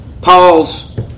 Paul's